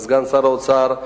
לסגן שר האוצר,